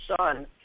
son